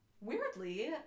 Weirdly